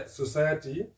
society